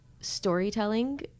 storytelling